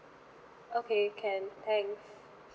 okay can thanks